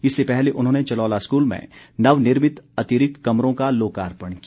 इससे पहले उन्होंने चलौला स्कूल में नवनिर्मित अतिरिक्त कमरों का लोकार्पण किया